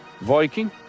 Viking